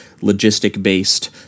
logistic-based